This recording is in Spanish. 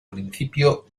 principio